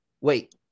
Wait